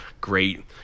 great